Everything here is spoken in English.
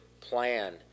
plan